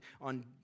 on